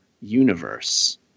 universe